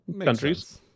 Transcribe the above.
countries